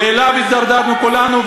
ואליו הידרדרנו כולנו.